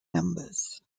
numbers